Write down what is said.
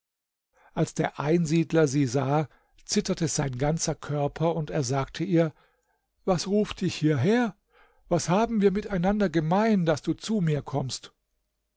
als der einsiedler sie sah zitterte sein ganzer körper und er sagte ihr was ruft dich hierher was haben wir miteinander gemein daß du zu mir kommst